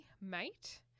mate